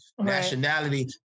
nationality